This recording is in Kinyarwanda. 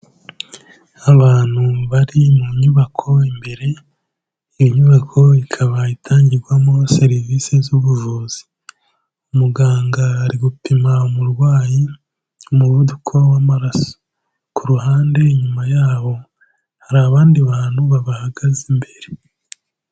Abantu bari mu nyubako imbere, iyo nyubako ikaba itangirwamo serivise z'ubuvuzi, muganga ari gupima umurwayi umuvuduko w'amaraso, ku ruhande inyuma yabo hari abandi bantu babahagaze imbere.